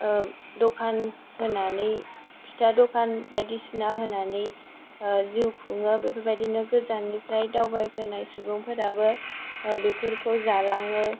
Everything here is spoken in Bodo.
दखान होनानै फिथा दखान बायदिसना होनानै जिउ खुङो बेफोरबायदिनो गोजाननिफ्राय दावबायबोनाय सुबुंफोराबो बेफोरखौ जालाङो